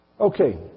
Okay